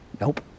Nope